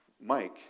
Mike